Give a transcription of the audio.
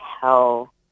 tell